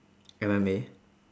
M_M_A